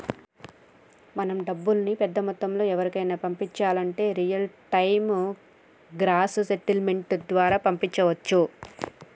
మనం డబ్బుల్ని పెద్ద మొత్తంలో ఎవరికైనా పంపించాలంటే రియల్ టైం గ్రాస్ సెటిల్మెంట్ ద్వారా పంపించవచ్చు